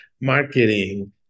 marketing